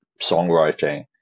songwriting